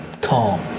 calm